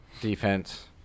defense